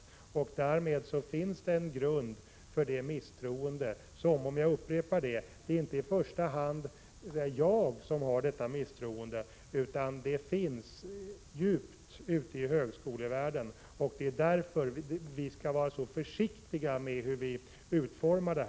I och med detta finns det en grund för det misstroende som, jag upprepar det, inte i första hand är mitt, utan finns ute i högskolevärlden. Det är därför vi skall vara så försiktiga med utformningen.